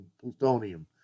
plutonium